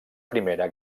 primera